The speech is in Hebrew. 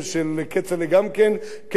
כ-25,000 יהודים.